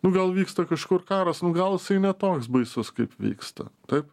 nu gal vyksta kažkur karas nu gal jisai ne toks baisus kaip vyksta taip